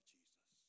Jesus